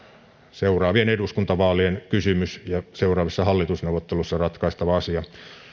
seuraavien eduskuntavaalien kysymys ja seuraavissa hallitusneuvotteluissa ratkaistava asia